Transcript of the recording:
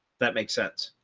that makes sense.